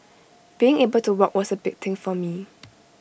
being able to walk was A big thing for me